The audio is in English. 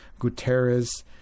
Guterres